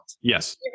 Yes